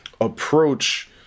approach